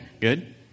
Good